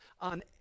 on